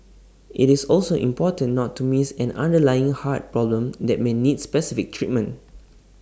IT is also important not to miss an underlying heart problem that may need specific treatment